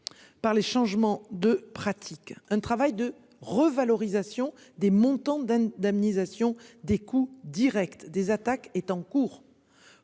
Par les changements de pratiques un travail de revalorisation des montants d'indemnisation des coûts directs des attaques est en cours.